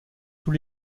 tous